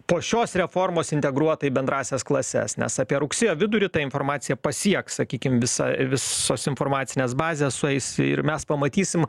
po šios reformos integruota į bendrąsias klases nes apie rugsėjo vidurį ta informacija pasieks sakykime visa visos informacinės bazės sueis ir mes pamatysim